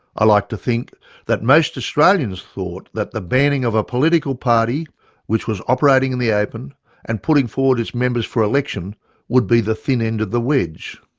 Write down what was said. i like to think that most australians thought that the banning of a political party which was operating in the open and putting forward its members for election would be the thin end of the wedge.